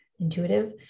intuitive